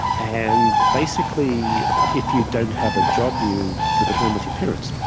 and basically if you don't have a job you live at home with your parents,